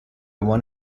one